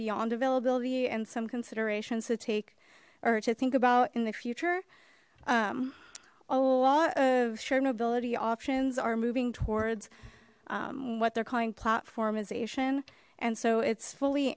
beyond availability and some considerations to take or to think about in the future a lot of share nobility options are moving towards what they're calling platform ization and so it's fully